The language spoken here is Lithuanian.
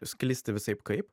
sklisti visaip kaip